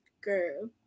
Girl